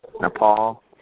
Nepal